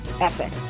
epic